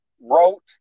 wrote